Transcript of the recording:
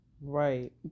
Right